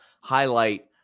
highlight